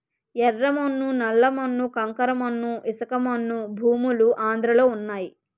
యెర్ర మన్ను నల్ల మన్ను కంకర మన్ను ఇసకమన్ను భూములు ఆంధ్రలో వున్నయి